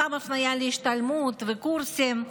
פעם הפניה להשתלמויות וקורסים.